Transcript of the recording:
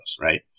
Right